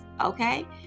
okay